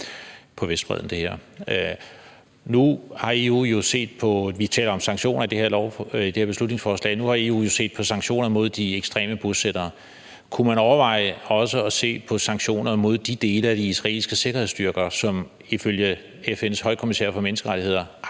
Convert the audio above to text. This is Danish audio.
nu har EU jo set på sanktioner mod de ekstreme bosættere. Kunne man overveje også at se på sanktioner mod de dele af de israelske sikkerhedsstyrker, som ifølge FN’s højkommissær for menneskerettigheder